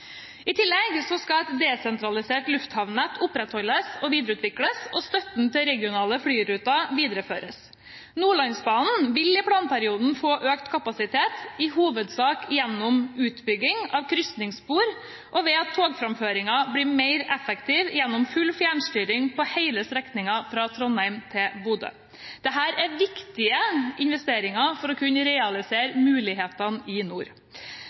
I tillegg skal et desentralisert lufthavnnett opprettholdes og videreutvikles og støtten til regionale flyruter videreføres. Nordlandsbanen vil i planperioden få økt kapasitet – i hovedsak gjennom utbygging av krysningsspor, og ved at togframføringen blir mer effektiv gjennom full fjernstyring på hele strekningen fra Trondheim til Bodø. Dette er viktige investeringer for å kunne realisere mulighetene i nord.